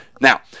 Now